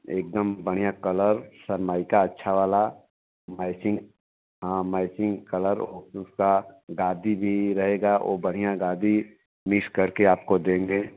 एकदम बढ़िया colour Sunmica अच्छा वाला माइचिंग हँ माइचिंग कलर उसका गादि भी रहेगा ओ बढ़िया गादि मिक्स करके आपको देंगे